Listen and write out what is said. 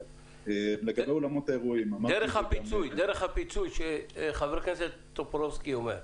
לגבי אולמות האירועים --- דרך הפיצוי שחבר הכנסת טופורובסקי אומר.